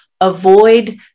avoid